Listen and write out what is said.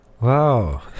Wow